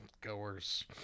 goers